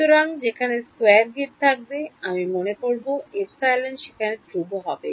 সুতরাং যেখানে square grid থাকবে আমি মনে করব epsilon সেখানে ধ্রুব হবে